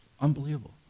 unbelievable